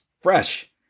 fresh